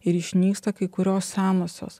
ir išnyksta kai kurios senosios